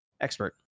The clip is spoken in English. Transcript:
expert